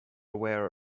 aware